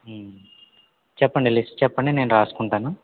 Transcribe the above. చెప్పండి లిస్ట్ చెప్పండి నేను రాసుకుంటాను